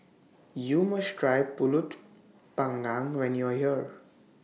YOU must Try Pulut Panggang when YOU Are here